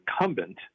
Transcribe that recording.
incumbent